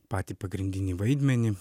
patį pagrindinį vaidmenį